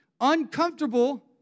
uncomfortable